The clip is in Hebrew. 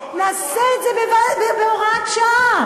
נעשה את זה בהוראת שעה.